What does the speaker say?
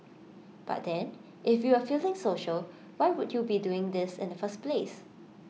but then if you were feeling social why would you be doing this in the first place